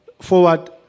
forward